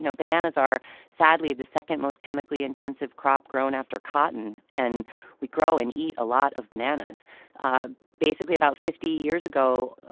bananas are sadly the second most chemically intensive crop grown after cotton. and we grow and eat a lot of bananas ah basically, about fifty years ago,